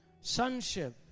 Sonship